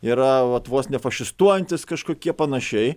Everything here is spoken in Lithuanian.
yra vat vos ne fašistuojantys kažkokie panašiai